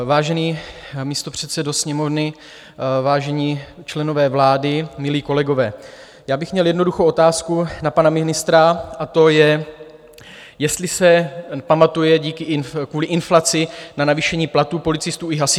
Vážený místopředsedo Sněmovny, vážení členové vlády, milí kolegové, já bych měl jednoduchou otázku na pana ministra, a to je, jestli se pamatuje kvůli inflaci na navýšení platů policistů i hasičů.